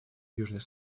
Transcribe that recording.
южный